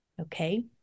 Okay